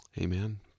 Amen